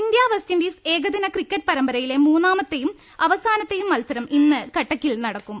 India West Indies ഏകദിന cricket പരമ്പരയിലെ മൂന്നാ മത്തെയും അവസാനത്തെയും മത്സരം ഇന്ന് കട്ടക്കിൽ നടക്കും